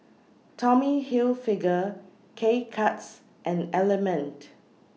Tommy Hilfiger K Cuts and Element